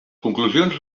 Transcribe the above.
conclusions